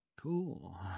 cool